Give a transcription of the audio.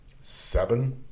seven